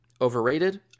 Overrated